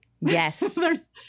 Yes